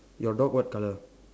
your dog what colour